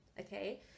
Okay